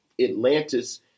Atlantis